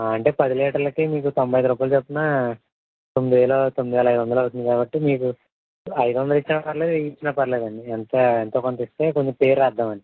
అంటే పది లీటర్లకి మీకు తొంభై ఐదు రూపాయల చొప్పున తొమ్మిది వేలు తొమ్మిది వేల ఐదు వందలు అవుతుంది కాబట్టి మీకు ఐదు వందలు ఇచ్చిన పర్లేదు వెయ్యి ఇచ్చిన పర్లేదండి ఎంతా ఎంతో కొంత ఇస్తే కొంచెం పేరు రాద్దాం అని